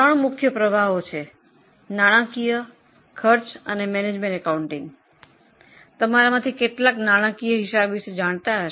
ત્રણ મુખ્ય વિભાગો છે નાણાંકીય કોસ્ટ અને મેનેજમેન્ટ એકાઉન્ટિંગ તમારામાંથી કેટલાકને નાણાંકીય હિસાબી પદ્ધતિ વિશે જાણકારી હશે